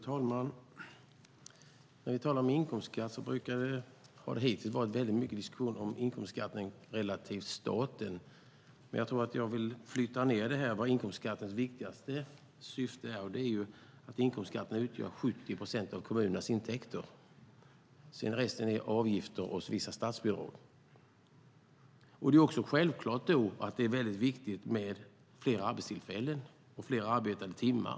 Fru talman! När vi talar om inkomstskatt har det hittills varit mycket diskussion om inkomstbeskattning relativt staten. Men jag tror att jag vill flytta ned det hela till inkomstskattens viktigaste syfte, nämligen detta att den utgör 70 procent av kommunernas intäkter. Resten är avgifter och vissa statsbidrag. Det är därför självklart att det är viktigt med fler arbetstillfällen och fler arbetade timmar.